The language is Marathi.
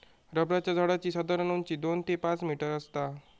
रबराच्या झाडाची साधारण उंची दोन ते पाच मीटर आसता